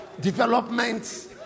development